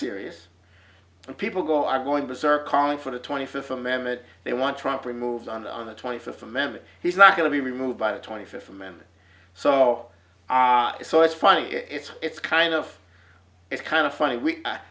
serious people go i'm going to circling for the twenty fifth amendment they want trump removed on the on the twenty fifth amendment he's not going to be removed by the twenty fifth amendment so so it's fine it's it's kind of it's kind of funny i